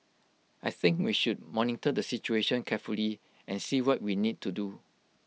I think we should monitor the situation carefully and see what we need to do